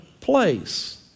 place